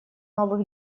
новых